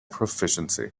proficiency